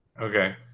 Okay